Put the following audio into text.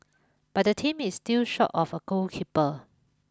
but the team is still short of a goalkeeper